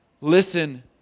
Listen